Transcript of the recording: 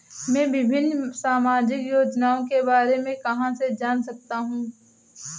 मैं विभिन्न सामाजिक योजनाओं के बारे में कहां से जान सकता हूं?